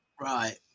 Right